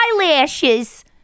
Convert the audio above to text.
eyelashes